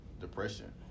depression